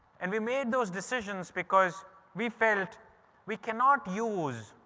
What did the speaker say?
and we made those decisions because we felt we cannot use,